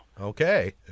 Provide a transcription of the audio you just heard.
Okay